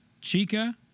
Chica